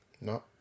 No